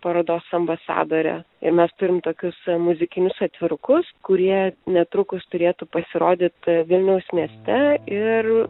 parodos ambasadore ir mes turim tokius muzikinius atvirukus kurie netrukus turėtų pasirodyt vilniaus mieste ir